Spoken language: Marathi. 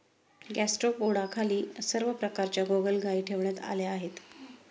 गॅस्ट्रोपोडाखाली सर्व प्रकारच्या गोगलगायी ठेवण्यात आल्या आहेत